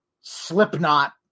Slipknot